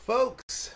Folks